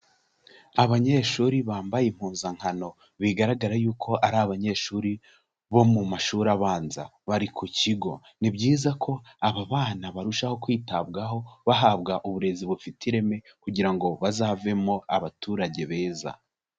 Abanyeshuri bambaye impuzankano bigaragara y'uko ari abanyeshuri bo mu mashuri abanza bari ku kigo. Ni byiza ko aba bana barushaho kwitabwaho bahabwa uburezi bufite ireme kugira ngo bazavemo abaturage beza.